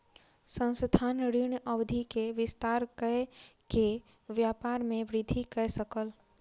संस्थान, ऋण अवधि के विस्तार कय के व्यापार में वृद्धि कय सकल